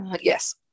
yes